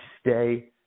stay